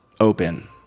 open